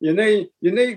jinai jinai